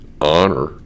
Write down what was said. Honor